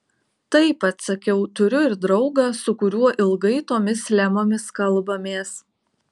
taip atsakiau turiu ir draugą su kuriuo ilgai tomis lemomis kalbamės